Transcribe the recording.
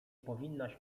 powinnaś